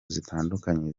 zitandukanye